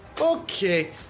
Okay